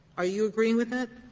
are you agreeing with that?